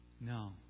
No